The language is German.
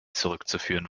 zurückzuführen